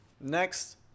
next